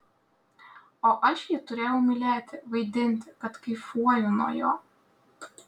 o aš jį turėjau mylėti vaidinti kad kaifuoju nuo jo